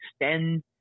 extend